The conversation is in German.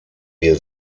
wir